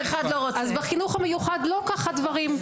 אז בחינוך המיוחד לא כך הדברים.